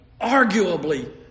arguably